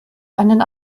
einen